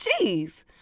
Jeez